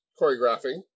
choreographing